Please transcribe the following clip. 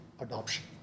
adoption